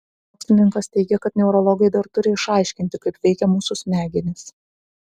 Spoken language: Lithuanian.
mokslininkas teigia kad neurologai dar turi išaiškinti kaip veikia mūsų smegenys